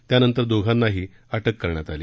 त्यानंतर दोघानाही अटक करण्यात आली